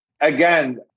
Again